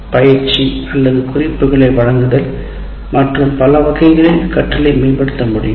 பயிற்சி அல்லது குறிப்புகளை வழங்குதல் மற்றும் பல வகைகளில் கற்றலை மேம்படுத்த முடியும்